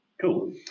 cool